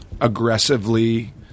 Aggressively